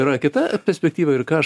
yra kita perspektyva ir ką aš